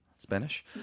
spanish